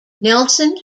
nelson